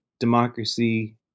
democracy